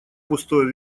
пустое